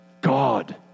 God